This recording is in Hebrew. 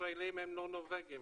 הישראלים הם לא נורבגים